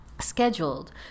scheduled